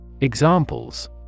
Examples